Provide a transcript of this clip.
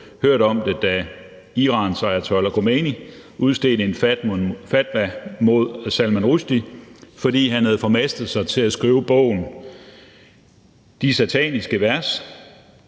hørt om det, da Irans Ayatollah Khomeini udstedte en fatwa mod Salman Rushdie, fordi han havde formastet sig til at skrive bogen »De sataniske vers«.